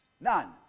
None